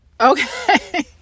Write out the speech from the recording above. Okay